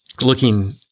looking